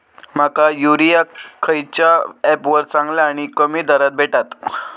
माका युरिया खयच्या ऍपवर चांगला आणि कमी दरात भेटात?